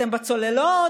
אתם בצוללות?